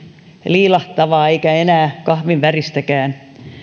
liilahtavaa eikä enää kahvin väristäkään